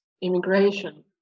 immigration